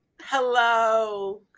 Hello